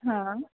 हां